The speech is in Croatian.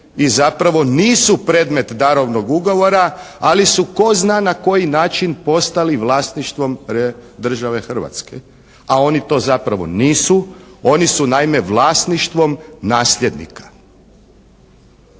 i zapravo nisu predmet darovnog ugovora, ali su tko zna na koji način postali vlasništvo države Hrvatske. A oni to zapravo nisu. Oni su naime vlasništvom nasljednika.